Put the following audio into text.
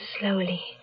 Slowly